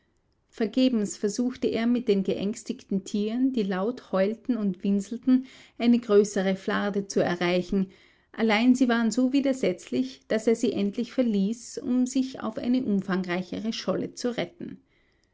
vergebens versuchte er mit den geängstigten tieren die laut heulten und winselten eine größere flarde zu erreichen allein sie waren so widersetzlich daß er sie endlich verließ um sich auf eine umfangreichere scholle zu retten